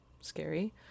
scary